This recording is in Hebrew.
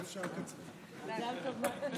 עוד נחזור.